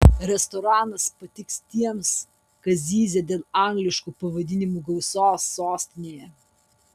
restoranas patiks tiems kas zyzia dėl angliškų pavadinimų gausos sostinėje